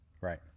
Right